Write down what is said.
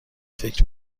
فکر